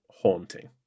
haunting